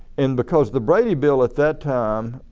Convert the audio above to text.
and because the brady bill at that time